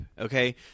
okay